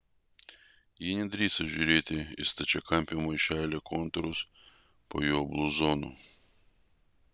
ji nedrįso žiūrėti į stačiakampio maišelio kontūrus po jo bluzonu